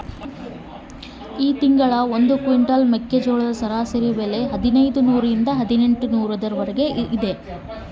ಈ ತಿಂಗಳ ಒಂದು ಕ್ವಿಂಟಾಲ್ ಮೆಕ್ಕೆಜೋಳದ ಸರಾಸರಿ ಬೆಲೆ ಎಷ್ಟು?